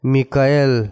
Mikael